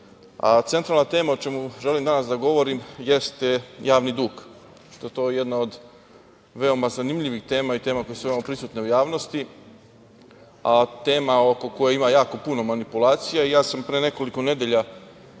važno. Centralna tema, o čemu želim danas da govorim, jeste javni dug, što je to jedna od veoma zanimljivih tema i tema koje su veoma prisutne u javnosti, a tema oko koje ima jako puno manipulacija. Pre nekoliko nedelja